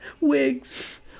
wigs